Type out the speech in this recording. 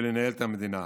ולנהל את המדינה.